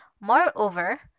Moreover